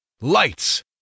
lights